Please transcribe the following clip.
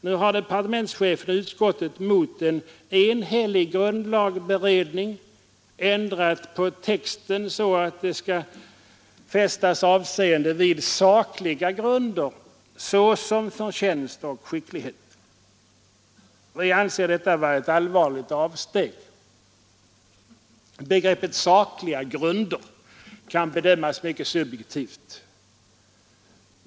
Nu har departementschefen och utskottet mot en enhällig grundlagberedning ändrat på texten så att det skall fästas avseende vid ”sakliga grunder, såsom förtjänst och skicklighet”. Vi anser detta vara ett allvarligt avsteg. Begreppet sakliga grunder kan bedömas mycket subjektivt.